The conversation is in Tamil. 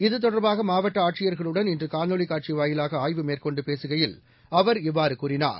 இது தொடர்பாக மாவட்ட ஆட்சியர்களுடன் இன்று காணொலி காட்சி வாயிலாக ஆய்வு மேற்கொண்டு பேசுகையில் அவர் இவ்வாறு கூறினார்